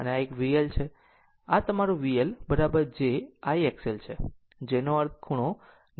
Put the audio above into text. અને આ એક VL છે આ તમારું VL j I XLછે j નો અર્થ ખૂણો 90 o